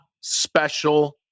special